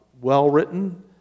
well-written